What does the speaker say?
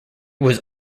was